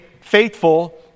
faithful